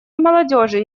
молодежи